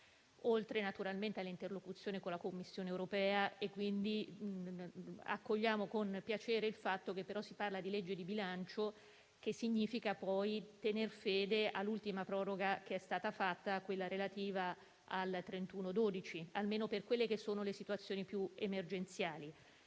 oltre naturalmente all'interlocuzione con la Commissione europea. Accogliamo con piacere il fatto che però si parla di legge di bilancio, il che significa tener fede all'ultima proroga che è stata fatta, quella relativa al 31 dicembre, almeno per le situazioni più emergenziali.